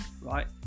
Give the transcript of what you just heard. right